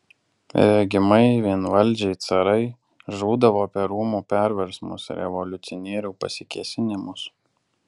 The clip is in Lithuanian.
regimai vienvaldžiai carai žūdavo per rūmų perversmus revoliucionierių pasikėsinimus